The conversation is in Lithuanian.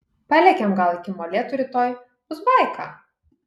palekiam gal iki molėtų rytoj bus baika